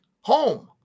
home